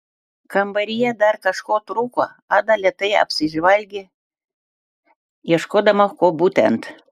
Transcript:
kambaryje dar kažko trūko ada lėtai apsižvalgė ieškodama ko būtent